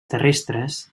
terrestres